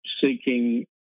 seeking